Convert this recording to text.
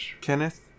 Kenneth